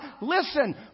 listen